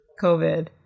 covid